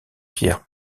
pierre